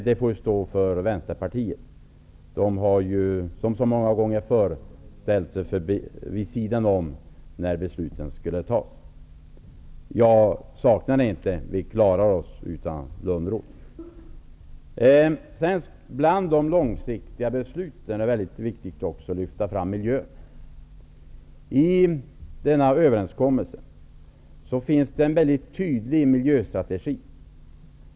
Det får stå för Vänsterpartiet, som så många gånger tidigare ställt sig vid sidan om när besluten skall fattas. Vi klarar oss dock utan Johan Lönnroth och hans parti. Bland de långsiktiga besluten är det mycket viktigt att också lyfta fram miljön. I överenskommelsen finns en mycket tydlig miljöstrategi.